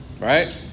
Right